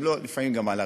אם לא, לפעמים גם על הרצפה.